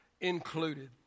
included